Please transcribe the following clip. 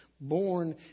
born